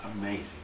amazing